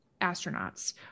astronauts